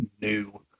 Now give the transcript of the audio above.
new